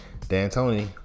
D'Antoni